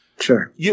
Sure